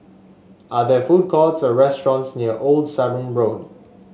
are there food courts or restaurants near Old Sarum Road